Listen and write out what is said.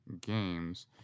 games